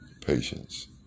patience